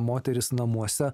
moteris namuose